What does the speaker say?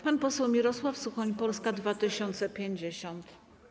Pan poseł Mirosław Suchoń, Polska 2050.